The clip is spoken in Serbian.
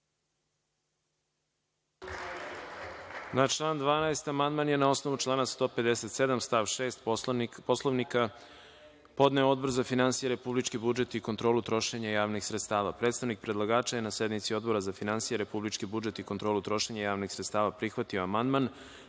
član 12. amandman je, na osnovu člana 157. stav 6. Poslovnika, podneo Odbor za finansije, republički budžet i kontrolu trošenja javnih sredstava. Predstavnik predlagača je na sednici Odbora za finansije, republički budžet i kontrolu trošenja javnih sredstava prihvatio amandman,